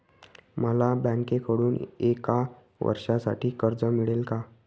मला बँकेकडून एका वर्षासाठी कर्ज मिळेल का?